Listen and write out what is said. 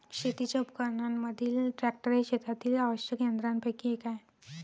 शेतीच्या उपकरणांमधील ट्रॅक्टर हे शेतातील आवश्यक यंत्रांपैकी एक आहे